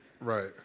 right